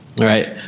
right